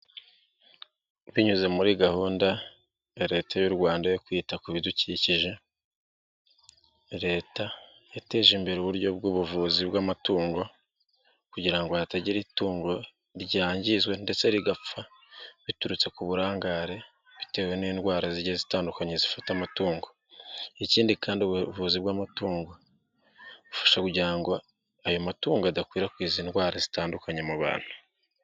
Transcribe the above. Binyuze muri gahunda ya leta y'u Rwanda yo kwita ku bidukikije, leta yateje imbere uburyo bw'ubuvuzi bw'amatungo kugira ngo hatagira itungo ryangizwa ndetse rigapfa biturutse ku burangare, bitewe n'indwara zigeze zitandukanye zifata amatungo. Ikindi kandi ubuvuzi bw'amatungo bufasha kugira ngo ayo matungo adakwirakwiza indwara zitandukanye mu bantu.